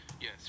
Yes